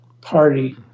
party